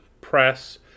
press